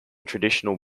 traditional